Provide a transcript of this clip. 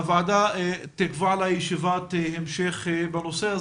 הוועדה תקבע ישיבת המשך בנושא.